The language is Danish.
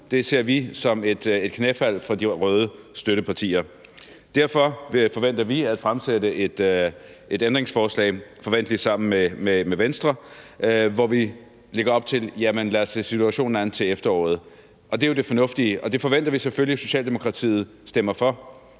nu ser vi som et knæfald for de røde støttepartier. Derfor forventer vi at stille et ændringsforslag, forventeligt sammen med Venstre, hvor vi lægger op til at se situationen an til efteråret. Det er jo det fornuftige, og det forventer vi selvfølgelig at Socialdemokratiet stemmer for.